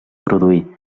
produir